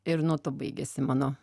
ir nuo to baigėsi mano